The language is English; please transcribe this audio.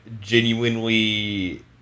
genuinely